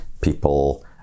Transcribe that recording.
people